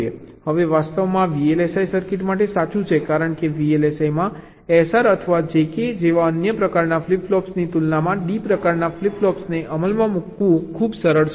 હવે વાસ્તવમાં આ VLSI સર્કિટ માટે સાચું છે કારણ કે VLSI માં SR અથવા JK જેવા અન્ય પ્રકારના ફ્લિપ ફ્લોપની તુલનામાં D પ્રકારના ફ્લિપ ફ્લોપ્સને અમલમાં મૂકવું ખૂબ સરળ છે